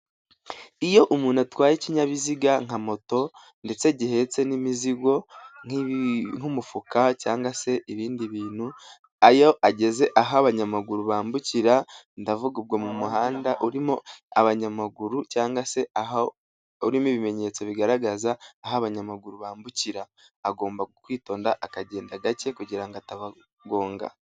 Iyo umuntu atwaye ikinyabiziga nka moto ndetse gihetse n'imizigo nk'umufuka cg se ibindi bintu. Ayo ageze aho abanyamaguru bambukira, ndavuga ubwo mu muhanda urimo abanyamaguru cyangwa se aho, urimo ibimenyetso bigaragaza aho abanyamaguru bambukira, agomba kwitonda akagenda gake kugira ngo atabagonga.